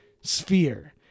sphere